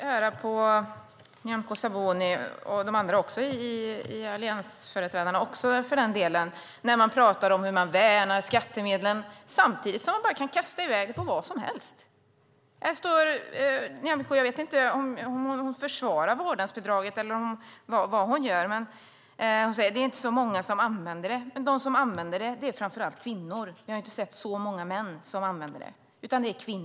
Herr talman! Det var intressant att höra på Nyamko Sabuni och för den delen också de andra alliansföreträdarna. De talar om hur de värnar skattemedlen samtidigt som de bara kan kasta i väg dem på vad som helst. Jag vet inte om Nyamko Sabuni försvarar vårdnadsbidraget eller vad hon gör. Hon säger: Det är inte så många som använder det. De som använder det är framför allt kvinnor. Vi har inte sett så många män som använder det.